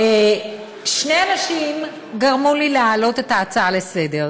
שני אנשים גרמו לי להעלות את ההצעה לסדר-היום: